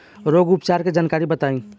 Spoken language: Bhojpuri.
रोग उपचार के जानकारी बताई?